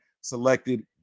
selected